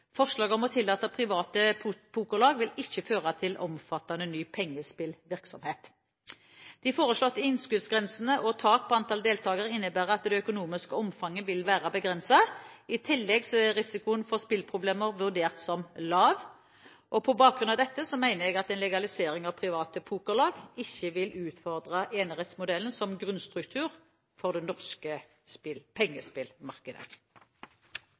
Forslaget om å tillate private pokerlag vil ikke føre til omfattende ny pengespillvirksomhet. De foreslåtte innskuddsgrensene og tak på antall deltakere innebærer at det økonomiske omfanget vil være begrenset. I tillegg er risikoen for spilleproblemer vurdert som lav. På bakgrunn av dette mener jeg at en legalisering av private pokerlag ikke vil utfordre enerettsmodellen som grunnstruktur for det norske pengespillmarkedet.